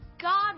God